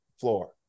floor